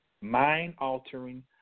mind-altering